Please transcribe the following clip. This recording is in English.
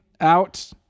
out